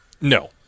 no